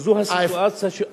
וזו הסיטואציה,